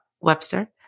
Webster